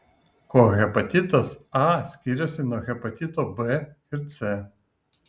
kuo hepatitas a skiriasi nuo hepatito b ir c